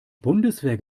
bundeswehr